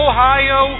Ohio